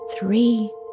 three